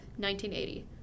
1980